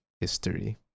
history